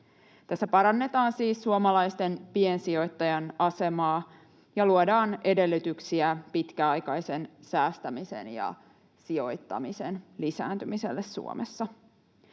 Tässä parannetaan siis suomalaisten piensijoittajien asemaa ja luodaan edellytyksiä pitkäaikaisen säästämisen ja sijoittamisen lisääntymiselle Suomessa.